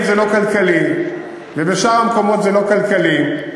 זה לא כלכלי ובשאר המקומות זה לא כלכלי.